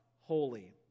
holy